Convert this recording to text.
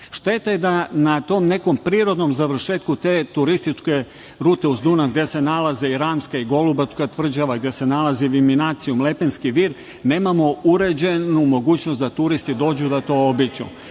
Šteta je da na tom nekom prirodnom završetku radova, turističke rute uz Dunav, gde se nalazi i Ramska i Golubačka tvrđava, gde se nalazi i Viminacijum i Lepenski vir, nemamo uređenu mogućnost da turisti dođu i to obiđu.